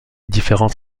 différence